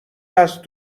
هست